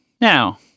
Now